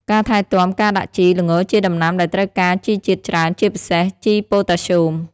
ការថែទាំ ការដាក់ជី ល្ងជាដំណាំដែលត្រូវការជីជាតិច្រើន ជាពិសេស ជីប៉ូតាស្យូម។